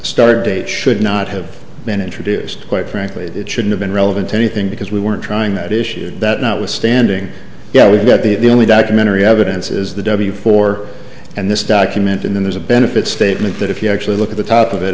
eight should not have been introduced quite frankly it should have been relevant to anything because we weren't trying that issue that notwithstanding yeah we've got the only documentary evidence is the w four and this document and then there's a benefit statement that if you actually look at the top of it